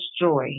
joy